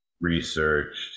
researched